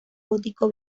gótico